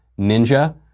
ninja